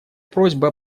просьбы